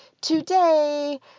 today